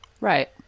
Right